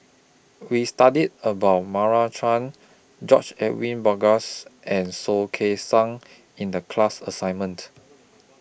We studied about Meira Chand George Edwin Bogaars and Soh Kay Siang in The class assignment